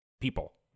people